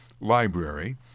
Library